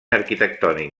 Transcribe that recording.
arquitectònic